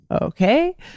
Okay